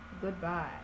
Goodbye